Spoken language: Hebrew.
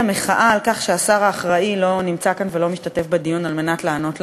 מחאה על כך שהשר האחראי לא נמצא כאן ולא משתתף בדיון על מנת לענות לנו.